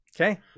Okay